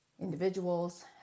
individuals